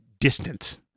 distance